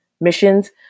missions